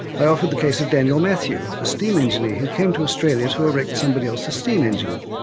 i offered the case of daniel matthew, a steam engineer who came to australia to erect somebody else's steam engine.